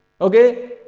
okay